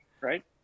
Right